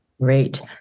great